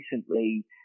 recently